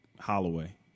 Holloway